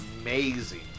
amazing